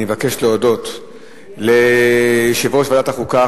אני מבקש להודות ליושב-ראש ועדת החוקה,